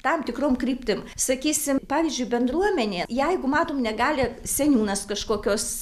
tam tikrom kryptim sakysim pavyzdžiui bendruomenė jeigu matom negali seniūnas kažkokios